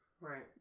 Right